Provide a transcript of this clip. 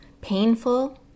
painful